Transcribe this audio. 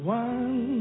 one